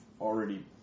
already